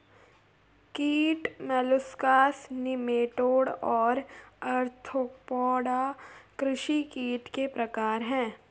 कीट molluscs nematode और arthropoda कृषि कीट के प्रकार हैं